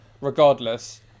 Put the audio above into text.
regardless